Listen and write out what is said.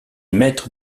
maîtres